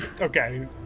Okay